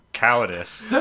Cowardice